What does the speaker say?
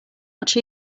much